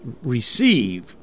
receive